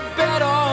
better